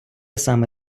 саме